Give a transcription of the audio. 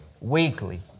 Weekly